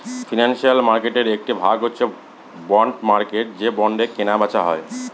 financial মার্কেটের একটি ভাগ হচ্ছে বন্ড মার্কেট যে বন্ডে কেনা বেচা হয়